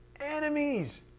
enemies